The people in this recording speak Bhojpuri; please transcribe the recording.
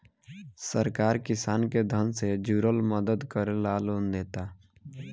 सरकार किसान के धन से जुरल मदद करे ला लोन देता